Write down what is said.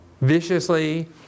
viciously